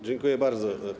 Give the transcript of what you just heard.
Dziękuję bardzo.